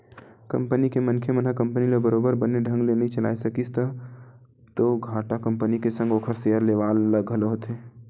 company के मनखे मन ह कंपनी ल बरोबर बने ढंग ले नइ चलाय सकिस तब तो घाटा कंपनी के संग ओखर सेयर लेवाल ल घलो होथे